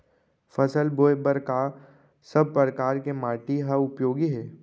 फसल बोए बर का सब परकार के माटी हा उपयोगी हे?